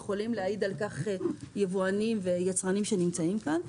ויכולים להעיד על כך יבואנים ויצרנים שנמצאים כאן,